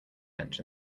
bench